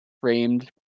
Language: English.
framed